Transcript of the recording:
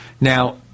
Now